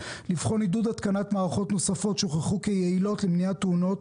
לבחון עידוד התקנת מערכות נוספות שהוכחו כיעילות למניעת תאונות,